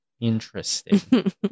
Interesting